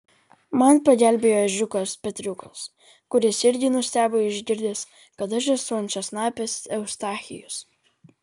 man pagelbėjo ežiukas petriukas kuris irgi nustebo išgirdęs kad aš esu ančiasnapis eustachijus